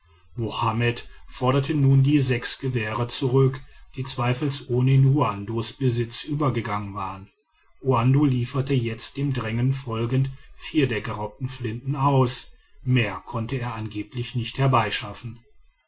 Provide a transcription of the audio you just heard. forderte nun die sechs gewehre zurück die zweifelsohne in uandos besitz übergegangen waren uando lieferte jetzt dem drange folgend vier der geraubten flinten aus mehr konnte er angeblich nicht herbeischaffen